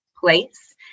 place